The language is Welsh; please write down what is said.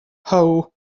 how